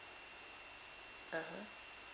(uh huh)